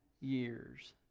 years